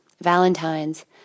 valentines